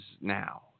now